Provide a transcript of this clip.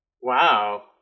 wow